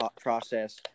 process